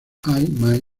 anime